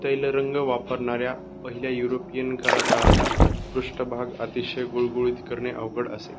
तैलरंग वापरणाऱ्या पहिल्या युरोपियन कलाकारांना पृष्ठभाग अतिशय गुळगुळीत करणे अवघड असे